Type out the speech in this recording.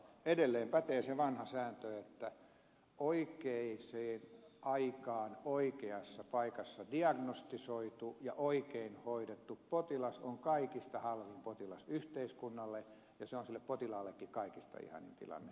edelleen pätee se vanha sääntö että oikeaan aikaan oikeassa paikassa diagnostisoitu ja oikein hoidettu potilas on kaikista halvin potilas yhteiskunnalle ja se on sille potilaallekin kaikista ihanin tilanne